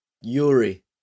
Yuri